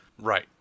Right